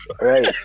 Right